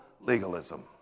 legalism